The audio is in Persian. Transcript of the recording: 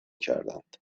کردند